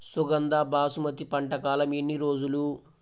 సుగంధ బాసుమతి పంట కాలం ఎన్ని రోజులు?